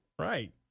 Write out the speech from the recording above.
Right